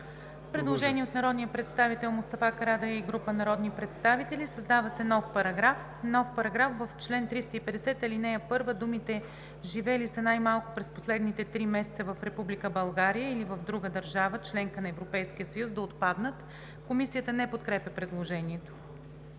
Предложение от народния представител Мустафа Карадайъ и група народни представители: „Създава се нов §…:„§... В чл. 350, ал. 1 думите „живели са най-малко през последните три месеца в Република България или в друга държава – членка на Европейския съюз“ да отпаднат.“ Комисията не подкрепя предложението.